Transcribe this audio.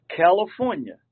California